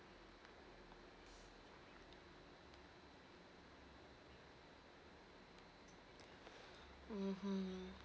mm mm